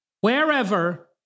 Wherever